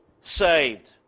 saved